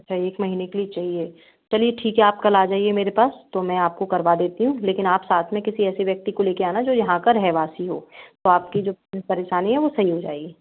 अच्छा एक महीने के लिए चाहिए चलिए ठीक है आप कल आ जाइए मेरे पास तो मैं आपको करवा देती हूँ लेकिन आप साथ में किसी ऐसे व्यक्ति को साथ लाना जो यहाँ पर रह वासी हो तो आपकी जो परेशानी है वो सही हो जाएगी